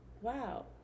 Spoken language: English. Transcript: wow